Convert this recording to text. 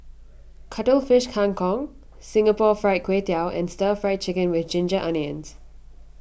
Cuttlefish Kang Kong Singapore Fried Kway Tiao and Stir Fried Chicken with Ginger Onions